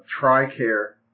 TRICARE